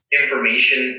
information